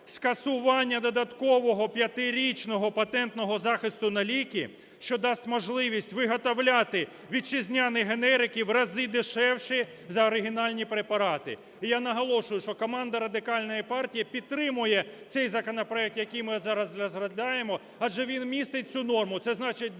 скасування додаткового 5-річного патентного захисту на ліки. Що дасть можливість виготовляти вітчизняні генерики в рази дешевші за оригінальні препарати. І я наголошую, що команда Радикальної партії підтримує цей законопроект, який ми зараз розглядаємо, адже він містить цю норму. Це значить